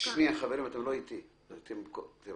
מה